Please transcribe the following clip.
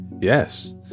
Yes